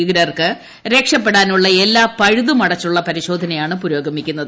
ഭീകരർക്ക് രക്ഷപ്പെടാനുള്ള എല്ലാ പഴുതും അടച്ചുള്ള പരിശോധനയാണ് പുരോഗമിക്കുന്നത്